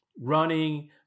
running